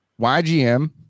YGM